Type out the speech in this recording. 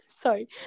sorry